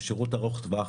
זה שירות ארוך טווח.